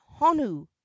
honu